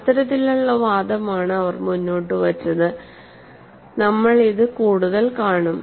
ഇത്തരത്തിലുള്ള വാദമാണ് അവർ മുന്നോട്ടുവച്ചത് നമ്മൾ ഇത് കൂടുതൽ കാണും